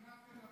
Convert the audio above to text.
במדינת תל אביב.